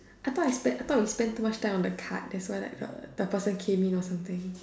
I thought we spend I thought we spend too much time on the card that's why like the the person came in or something